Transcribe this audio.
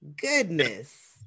Goodness